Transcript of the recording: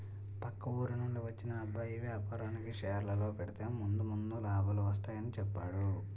పక్క ఊరి నుండి వచ్చిన అబ్బాయి వేపారానికి షేర్లలో పెడితే ముందు ముందు లాభాలు వస్తాయని చెప్పేడు